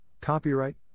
copyright